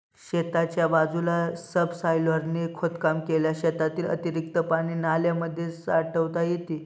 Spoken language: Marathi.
शेताच्या बाजूला सबसॉयलरने खोदकाम केल्यास शेतातील अतिरिक्त पाणी नाल्यांमध्ये साठवता येते